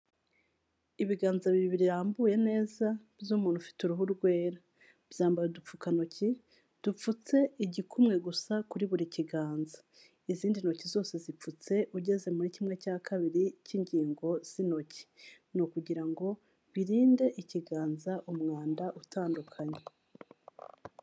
Ibiganza bibiri birambuye neza by'umuntu ufite uruhu rwera, byambaye udupfukantoki dupfutse igikumwe gusa kuri buri kiganza izindi ntoki zose zipfutse ugeze muri kimwe cya kabiri cy'ingingo z'intoki. Ni ukugira ngo birinde ikiganza umwanda utandukanye.